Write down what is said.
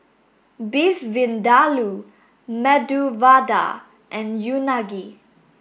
beef vindaloo medu vada and unagi